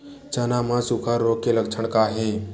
चना म सुखा रोग के लक्षण का हे?